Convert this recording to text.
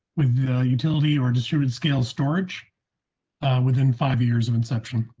with the utility or distribute scale storage within five years of inception.